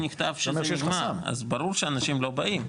הוציא מכתב בתקשורת שזה נגמר אז ברור שאנשים לא באים,